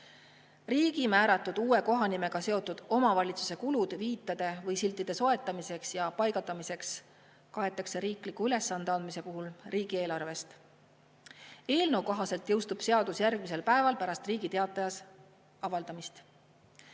Riigi määratud uue kohanimega seotud omavalitsuse kulud viitade või siltide soetamiseks ja paigaldamiseks kaetakse riikliku ülesande andmise puhul riigieelarvest. Eelnõu kohaselt jõustub seadus järgmisel päeval pärast Riigi Teatajas avaldamist.